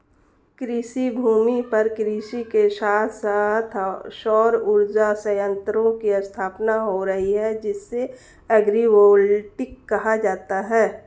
कृषिभूमि पर कृषि के साथ साथ सौर उर्जा संयंत्रों की स्थापना हो रही है जिसे एग्रिवोल्टिक कहा जाता है